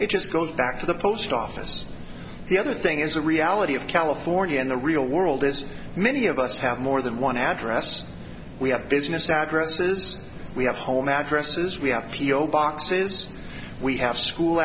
it just goes back to the post office the other thing is the reality of california and the real world is many of us have more than one address we have business addresses we have home addresses we have